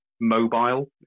mobile